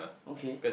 okay